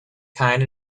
kind